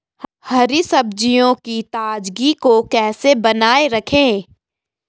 हरी सब्जियों की ताजगी को कैसे बनाये रखें?